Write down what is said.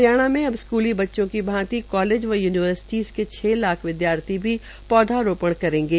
हरियाणा में अब स्कूली बच्चों की भांति कालेज व यूनिवर्सिटीज के छ लाख विद्यार्थी भी पौधारोपण करेंगे